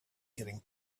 getting